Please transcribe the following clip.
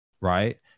right